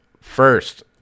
first